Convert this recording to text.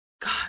God